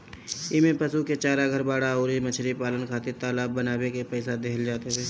इमें पशु के चारा, घर, बाड़ा अउरी मछरी पालन खातिर तालाब बानवे के पईसा देहल जात हवे